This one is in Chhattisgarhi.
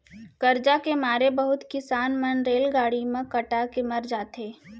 करजा के मारे बहुत किसान मन रेलगाड़ी म कटा के मर जाथें